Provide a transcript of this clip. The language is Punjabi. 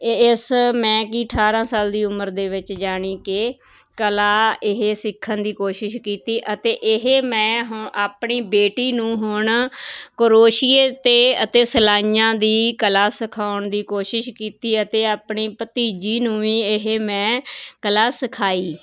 ਏ ਇਸ ਮੈਂ ਕਿ ਅਠਾਰ੍ਹਾਂ ਸਾਲ ਦੀ ਉਮਰ ਦੇ ਵਿੱਚ ਜਾਨੀ ਕਿ ਕਲਾ ਇਹ ਸਿੱਖਣ ਦੀ ਕੋਸ਼ਿਸ਼ ਕੀਤੀ ਅਤੇ ਇਹ ਮੈਂ ਹੁਣ ਆਪਣੀ ਬੇਟੀ ਨੂੰ ਹੁਣ ਕਰੋਸ਼ੀਏ 'ਤੇ ਅਤੇ ਸਲਾਈਆਂ ਦੀ ਕਲਾ ਸਿਖਾਉਣ ਦੀ ਕੋਸ਼ਿਸ਼ ਕੀਤੀ ਅਤੇ ਆਪਣੀ ਭਤੀਜੀ ਨੂੰ ਵੀ ਇਹ ਮੈਂ ਕਲਾ ਸਿਖਾਈ